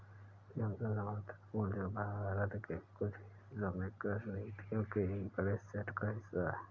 न्यूनतम समर्थन मूल्य जो भारत के कुछ हिस्सों में कृषि नीतियों के एक बड़े सेट का हिस्सा है